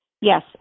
Yes